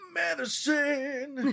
medicine